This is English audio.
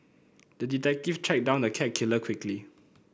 the detective tracked down the cat killer quickly